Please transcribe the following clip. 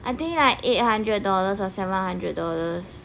I think like eight hundred dollars or seven hundred dollars